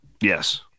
Yes